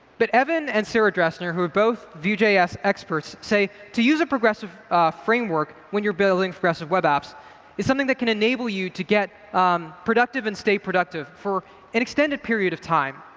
but evan and sarah drasner, who are both vue js experts, say to use a progressive framework when you're building progressive web apps is something that can enable you to get productive and stay productive for an extended period of time.